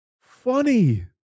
funny